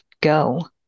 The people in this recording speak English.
go